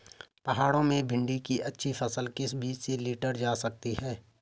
पहाड़ों में भिन्डी की अच्छी फसल किस बीज से लीटर जा सकती है?